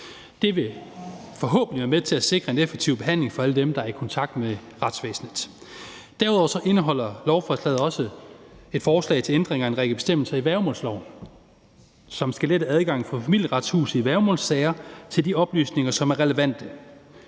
Det vil forhåbentlig være med til at sikre en effektiv behandling for alle dem, der er i kontakt med retsvæsenet. Derudover indeholder lovforslaget også et forslag til ændring af en række bestemmelser i værgemålsloven, som skal lette adgangen for Familieretshuset i værgemålssager til de oplysninger, som er relevante.